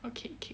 okay K